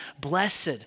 blessed